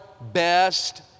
best